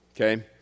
Okay